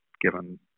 given